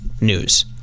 news